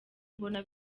mbona